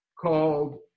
called